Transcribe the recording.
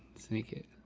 sink it.